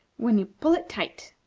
when you pull it tight.